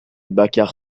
bacar